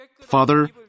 Father